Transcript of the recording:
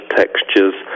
textures